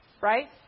Right